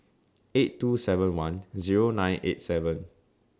eight two seven one Zero nine eight seven